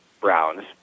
Browns